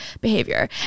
behavior